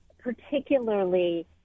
particularly